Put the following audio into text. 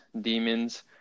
demons